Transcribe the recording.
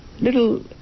little